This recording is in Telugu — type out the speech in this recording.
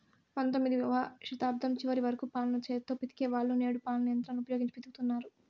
పంతొమ్మిదవ శతాబ్దం చివరి వరకు పాలను చేతితో పితికే వాళ్ళు, నేడు పాలను యంత్రాలను ఉపయోగించి పితుకుతన్నారు